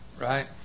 right